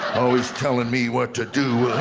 always telling me what to do.